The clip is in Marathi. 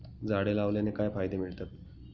झाडे लावण्याने काय फायदे मिळतात?